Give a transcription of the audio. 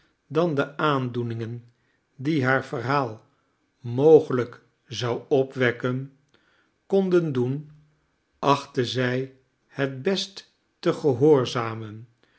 dan de aandoeningen die haar verhaal mogelijk zou opwekken konden doen achtte zij het best te gehoorzamen